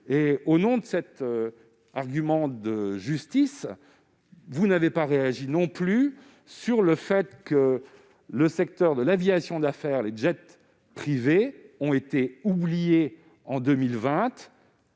concernant cet argument de justice, vous n'avez pas non plus réagi sur le fait que le secteur de l'aviation d'affaires, des jets privés, a été oublié en 2020.